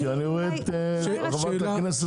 כי אני רואה את חברת הכנסת שלי טל.